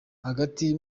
hagati